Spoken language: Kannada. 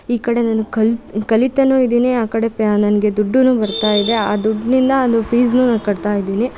ಈ ಕಡೆ ನಾನು ಕಲಿ ಕಲಿತನೂ ಇದ್ದೀನಿ ಆ ಕಡೆ ನನಗೆ ದುಡ್ಡೂ ಬರ್ತಾ ಇದೆ ಆ ದುಡ್ಡಿನಿಂದ ನಾನು ಫೀಸನ್ನೂ ಕಟ್ತಾ ಇದ್ದೀನಿ